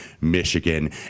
michigan